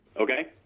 Okay